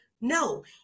no